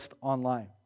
online